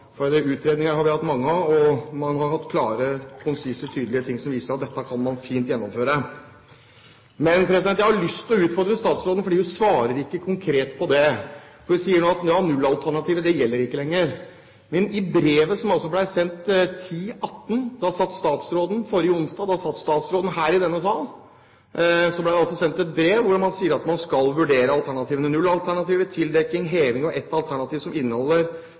Utredninger har vi hatt mange av, og man har hatt klar og tydelig informasjon som viser at dette kan man fint gjennomføre. Jeg har lyst til å utfordre statsråden fordi hun ikke svarer konkret. Hun sier at nullalternativet ikke gjelder lenger. I brevet som ble sendt kl. 10.18 forrige onsdag – da satt statsråden her i denne sal – sier man at man skal vurdere alternativene: nullalternativet, tildekking, heving og et alternativ